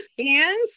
hands